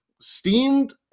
steamed